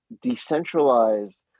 decentralized